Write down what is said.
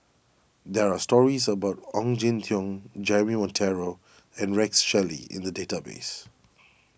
there are stories about Ong Jin Teong Jeremy Monteiro and Rex Shelley in the database